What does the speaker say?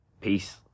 Peace